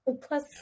Plus